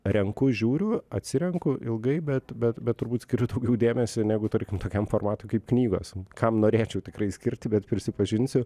renku žiūriu atsirenku ilgai bet bet bet turbūt skiriu daugiau dėmesio negu tarkim tokiam formatui kaip knygos kam norėčiau tikrai skirti bet prisipažinsiu